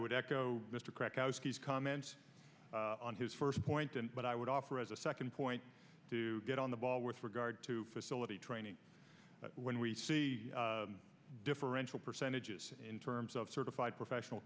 would echo mr krakow ski's comments on his first point and what i would offer as a second point to get on the ball with regard to facility training when we see differential percentages in terms of certified professional